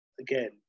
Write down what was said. again